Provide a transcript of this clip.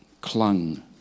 clung